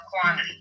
quantity